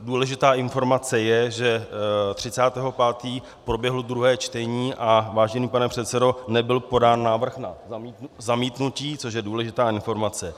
Důležitá informace je, že 30. 5. proběhlo druhé čtení, a vážený pane předsedo, nebyl podán návrh na zamítnutí, což je důležitá informace.